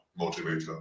motivator